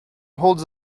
holds